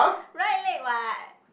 right leg [what]